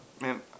Man